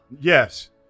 Yes